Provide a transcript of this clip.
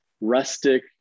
rustic